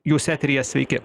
jūs eteryje sveiki